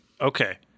Okay